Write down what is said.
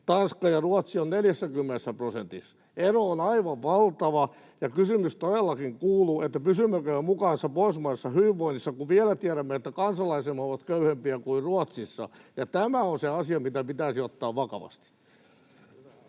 Tanska ja Ruotsi ovat 40 prosentissa. Ero on aivan valtava, ja kysymys todellakin kuuluu, pysymmekö me mukana tässä pohjoismaisessa hyvinvoinnissa, kun vielä tiedämme, että kansalaisemme ovat köyhempiä kuin Ruotsissa Tämä on se asia, mikä pitäisi ottaa vakavasti.